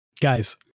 Guys